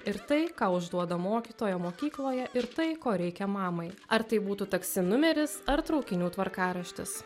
ir tai ką užduoda mokytoja mokykloje ir tai ko reikia mamai ar tai būtų taksi numeris ar traukinių tvarkaraštis